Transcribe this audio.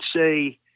say